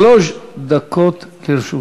שלוש דקות לרשותך.